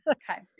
okay